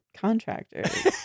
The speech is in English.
contractors